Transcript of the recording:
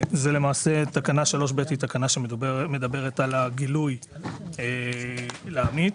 תקנה 3ב מדברת על הגילוי לעמית,